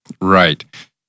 Right